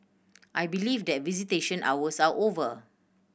I believe that visitation hours are over